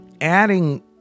adding